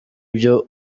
byo